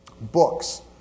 Books